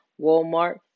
Walmart